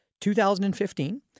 2015